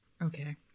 Okay